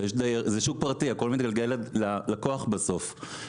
עכשיו, זה שוק פרטי, הכל מתגלגל ללקוח בסוף.